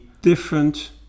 different